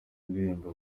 indirimbo